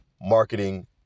marketing